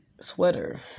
sweater